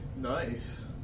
Nice